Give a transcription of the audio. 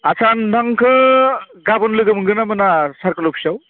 आथसा आं नोंथांखौ गाबोन लोगो मोनगोन ना मोना सारकोल अफिसाव